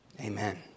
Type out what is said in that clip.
amen